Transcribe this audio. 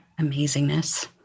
amazingness